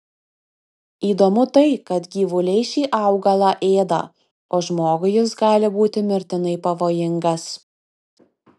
įdomu tai kad gyvuliai šį augalą ėda o žmogui jis gali būti mirtinai pavojingas